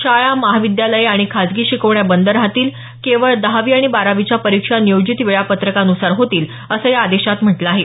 शाळा महाविद्यालये आणि खासगी शिकवण्या बंद राहतील केवळ दहावी आणि बारावीच्या परिक्षा नियोजित वेळापत्रकानुसार होतील असं या आदेशात म्हटलं आहे